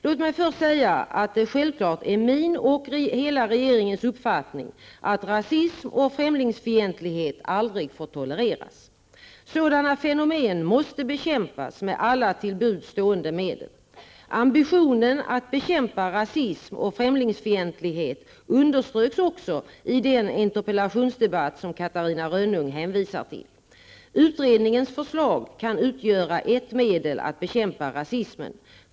Låt mig först säga att det självklart är min och hela regeringens uppfattning att rasism och främlingsfientlighet aldrig får tolereras. Sådana fenomen måste bekämpas med alla till buds stående medel. Ambitionen att bekämpa rasism och främlingsfientlighet underströks också i den interpellationsdebatt som Catarina Rönnung hänvisar till. Utredningens förslag kan utgöra ett medel att bekämpa rasismen.